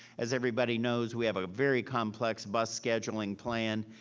as everybody knows, we have a very complex bus scheduling plan.